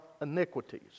iniquities